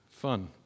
fun